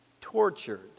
tortured